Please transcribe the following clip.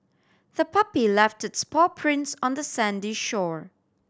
the puppy left its paw prints on the sandy shore